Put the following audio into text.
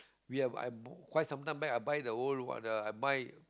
we've I have quite sometime back I buy the old one I buy